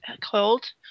called